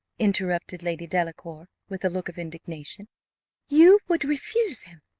interrupted lady delacour, with a look of indignation you would refuse him?